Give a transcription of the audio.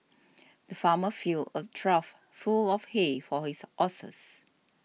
the farmer filled a trough full of hay for his horses